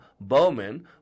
Bowman